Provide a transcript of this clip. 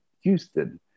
Houston